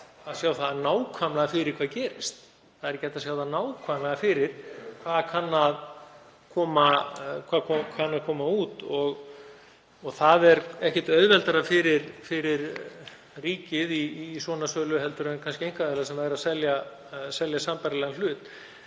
að sjá það nákvæmlega fyrir hvað gerist. Það er ekki hægt að sjá það nákvæmlega fyrir hvað kann að koma út. Það er ekkert auðveldara fyrir ríkið í svona sölu en fyrir einkaaðila sem væru að selja sambærilegan hlut.